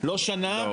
לא שנה, שנתיים.